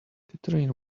catherine